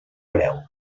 hereu